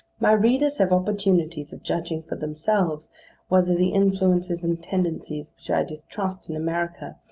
my readers have opportunities of judging for themselves whether the influences and tendencies which i distrust in america,